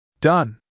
Done